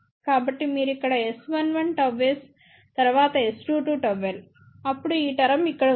కాబట్టి మీరు ఇక్కడ S11 ΓS తరువాత S22 ΓL అప్పుడు ఈ టర్మ్ ఇక్కడ ఉంది